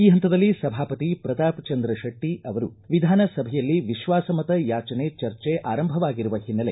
ಈ ಪಂತದಲ್ಲಿ ಸಭಾಪತಿ ಪ್ರತಾಪಚಂದ್ರ ಶೆಟ್ಟಿ ಅವರು ವಿಧಾನಸಭೆಯಲ್ಲಿ ವಿಶ್ವಾಸಮತ ಯಾಚನೆ ಚರ್ಚೆ ಆರಂಭವಾಗಿರುವ ಹಿನ್ನೆಲೆ